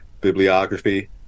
bibliography